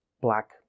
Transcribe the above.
black